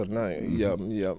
ar ne jam jam